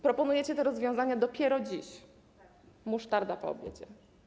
Proponujecie te rozwiązania dopiero dziś - musztarda po obiedzie.